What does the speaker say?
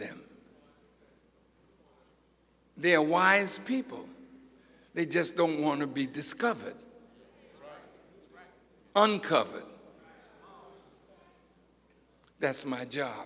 them they're wise people they just don't want to be discovered uncovered that's my job